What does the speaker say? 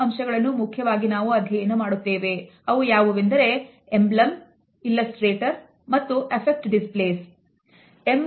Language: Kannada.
ಅವು ಯಾವುವೆಂದರೆ Emblems Illustrators and Affect Displays